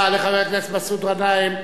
תודה רבה לחבר הכנסת מסעוד גנאים.